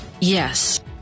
Yes